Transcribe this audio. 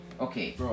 Okay